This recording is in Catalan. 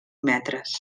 metres